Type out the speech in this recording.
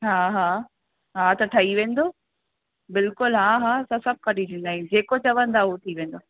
हा हा हा त ठही वेंदो बिल्कुलु हा हा असां सभु करी ॾींदा आहियूं जेको चवंदा उहो थी वेंदो